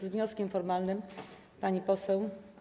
Z wnioskiem formalnym pani poseł.